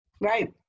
Right